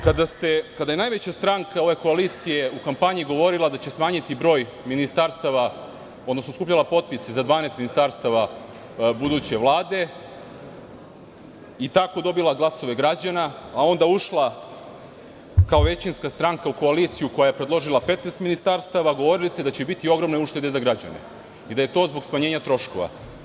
Kada je najveća stranka ove koalicije u kampanji govorila da će smanjiti broj ministarstava, odnosno skupljala potpise za 12 ministarstava buduće Vlade i tako dobila glasove građane, a onda ušla kao većinska stranka u koaliciju koja je predložila 15 ministarstava, govorili ste da će biti ogromne uštede za građane i da je to zbog smanjenja troškova.